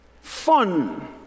fun